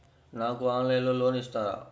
నాకు ఆన్లైన్లో లోన్ ఇస్తారా?